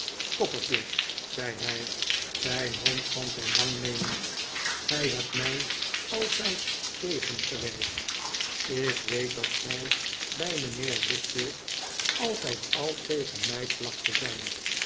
copperfield zei hij zijn hand van zijn wang nemend gij hebt mij altjjd tegengewerkt ik weet dat gij bij mijnheer wickfield altijd al tegen mij placht te zijn